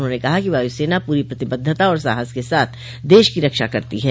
उन्होंने कहा कि वायुसेना पूरी प्रतिबद्धता और साहस के साथ देश की रक्षा करती है